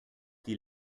die